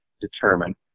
determine